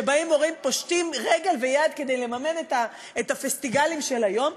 שבהם הורים פושטים רגל ויד כדי לממן את הפסטיגלים של היום,